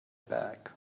back